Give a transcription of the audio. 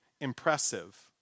impressive